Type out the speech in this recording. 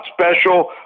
special